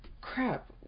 Crap